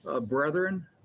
brethren—